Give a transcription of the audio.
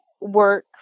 work